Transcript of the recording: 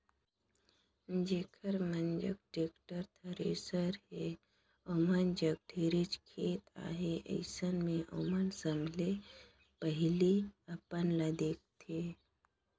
जेखर मन जघा टेक्टर, थेरेसर हे ओमन जघा ढेरेच खेत अहे, अइसन मे ओमन सबले पहिले अपन ल देखथें